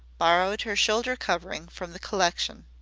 borrowed her shoulder covering from the collection.